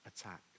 attack